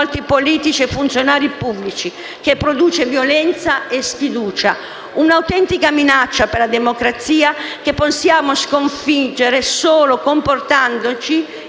politici e funzionari pubblici, che produce violenza e sfiducia. Un'autentica minaccia per la democrazia che possiamo sconfiggere solo comportandoci in